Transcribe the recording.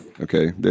Okay